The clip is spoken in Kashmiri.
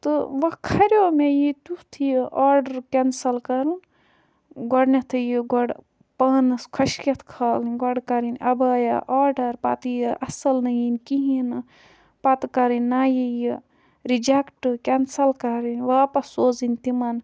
تہٕ وۄنۍ کھَریو مےٚ یہِ تیُتھ یہِ آرڈَر کٮ۪نسَل کَرُن گۄڈٕنٮ۪تھٕے یہِ گۄڈٕ پانَس خوشکٮ۪تھ کھالٕنۍ گۄڈٕ کَرٕنۍ عَبَیا آرڈَر پَتہٕ یہِ اَصٕل نہٕ یِنۍ کِہیٖنۍ نہٕ پَتہٕ کَرٕنۍ نَیہِ یہِ رِجٮ۪کٹ کٮ۪نسَل کَرٕنۍ واپَس سوزٕنۍ تِمَن